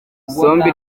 isombe